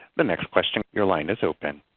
the next question, your line is open.